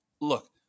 look